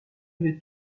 une